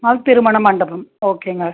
திருமண மண்டபம் ஓகேங்க